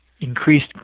increased